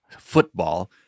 football